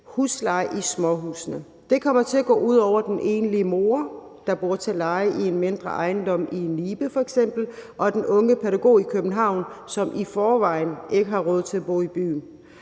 husleje i småhusene. Det kommer til at gå ud over den enlige mor, der bor til leje i en mindre ejendom i Nibe f.eks., og den unge pædagog i København, som i forvejen ikke har råd til at bo i byen.